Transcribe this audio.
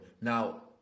Now